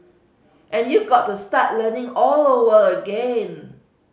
and you got to start learning all over again